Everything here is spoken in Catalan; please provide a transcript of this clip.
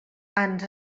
ans